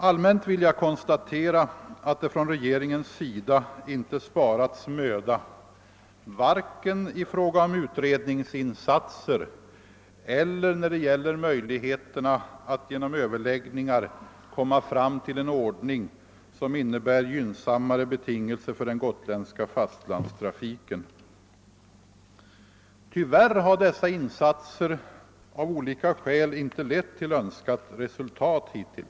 Allmänt vill jag konstatera att regeringen inte sparat någon möda, vare sig i fråga om utredningsinsatser eller överläggningar, för att komma fram till gynnsammare betingelser för den gotländska fastlandstrafiken. Tyvärr har dessa insatser av olika skäl hittills inte lett till önskat resultat.